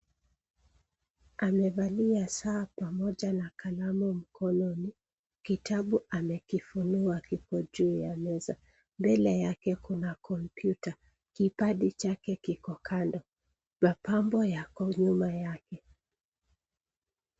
Amevalia saa pamoja na kalamu mkononi. Kitabu amekifunua kiko juu ya meza. Mbele yake kuna kompyuta. Kipadi chake kiko kando. Mapambo yako nyuma yake.